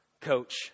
Coach